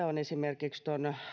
on esimerkiksi